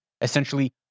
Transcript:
essentially